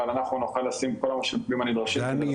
אבל אחנו נוכל לשים את כל המשאבים הנדרשים כדי לתת מענה.